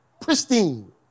pristine